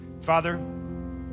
Father